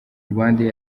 rwandair